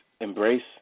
embrace